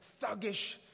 thuggish